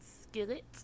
skillet